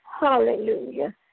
Hallelujah